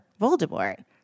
Voldemort